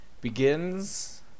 begins